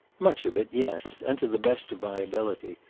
much of it yes and to the best of my ability.